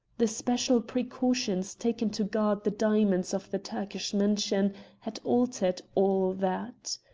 the special precautions taken to guard the diamonds of the turkish mission had altered all that.